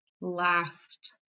last